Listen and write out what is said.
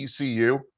ECU